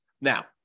Now